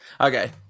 Okay